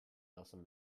nelson